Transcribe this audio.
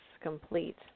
complete